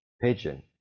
pigeon